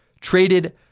traded